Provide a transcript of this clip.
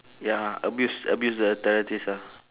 ya abuse abuse the authorities ah